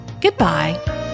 goodbye